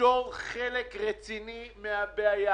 לפתור חלק רציני מהבעיה.